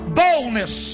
boldness